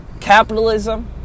capitalism